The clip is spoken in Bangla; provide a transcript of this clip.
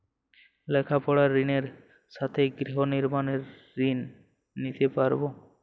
লেখাপড়ার ঋণের সাথে গৃহ নির্মাণের ঋণ নিতে পারব?